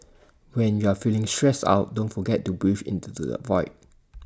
when you are feeling stressed out don't forget to breathe into the void